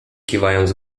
kiwając